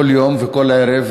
כל יום וכל ערב,